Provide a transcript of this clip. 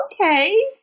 okay